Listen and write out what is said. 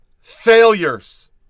failures